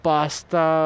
Pasta